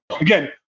Again